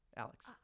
Alex